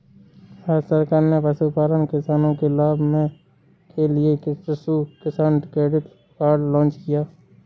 भारत सरकार ने पशुपालन किसानों के लाभ के लिए पशु किसान क्रेडिट कार्ड लॉन्च किया